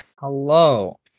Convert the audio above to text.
hello